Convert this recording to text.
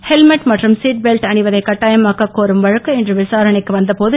helmet மற்றும் seat belt அணிவதை கட்டாயமாக்கக் கோரும் வழக்கு இன்று விசாரணைக்கு வந்த போது